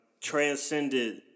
Transcended